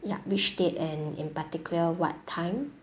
ya which date and in particular what time